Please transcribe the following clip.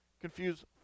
confuse